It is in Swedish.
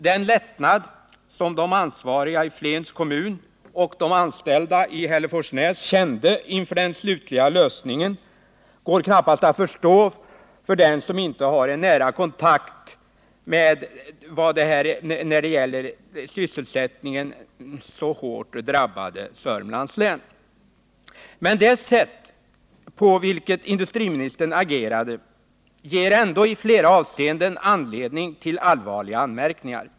Den lättnad som de ansvariga i Flens kommun och de anställda i Hälleforsnäs kände inför den slutliga lösningen går knappast att förstå för den som inte har nära kontakt med det när det gäller sysselsättningen så hårt drabbade Sörmlands län. Men det sätt på vilket industriministern agerade ger ändå i flera avseenden anledning till allvarliga anmärkningar.